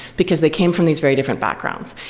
because they came from these very different backgrounds.